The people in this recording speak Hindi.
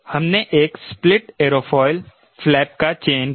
हमने एक स्प्लिट एयरोफॉयल फ्लैप का चयन किया